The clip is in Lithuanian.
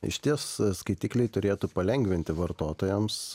išties skaitikliai turėtų palengvinti vartotojams